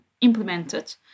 implemented